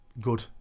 good